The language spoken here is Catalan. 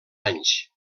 anys